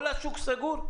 כל השוק סגור?